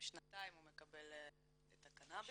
שנתיים הוא מקבל את הקנאביס.